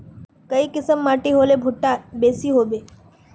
काई किसम माटी होले भुट्टा बेसी होबे?